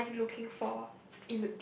what are you looking for